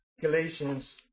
Galatians